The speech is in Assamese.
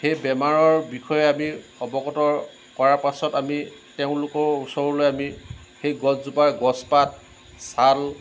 সেই বেমাৰৰ বিষয়ে আমি অৱগত কৰাৰ পাছত আমি তেওঁলোকৰ ওচৰলৈ আমি সেই গছজোপাৰ গছ পাত চাল